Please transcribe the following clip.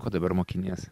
ko dabar mokinies